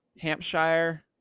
Hampshire